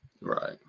Right